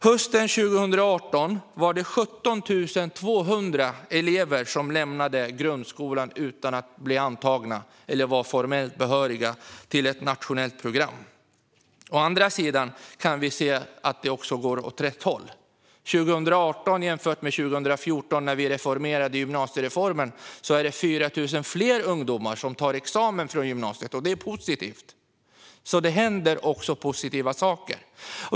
Hösten 2018 var det 17 200 elever som lämnade grundskolan utan att vara formellt behöriga till ett nationellt program på gymnasiet. Å andra sidan kan vi se att det också går åt rätt håll. År 2018 jämfört med 2014, då vi reformerade gymnasiereformen, är det 4 000 fler ungdomar som tar examen från gymnasiet; och det är positivt. Det händer alltså även positiva saker.